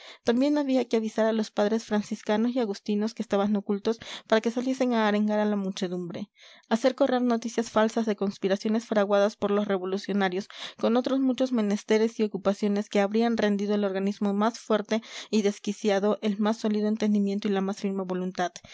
también había que avisar a los padres franciscanos y agustinos que estaban ocultos para que saliesen a arengar a la muchedumbre hacer correr noticias falsas de conspiraciones fraguadas por los revolucionarios con otros muchos menesteres y ocupaciones que habrían rendido el organismo más fuerte y desquiciado el más sólido entendimiento y la más firme voluntad